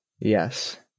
Yes